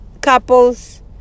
couples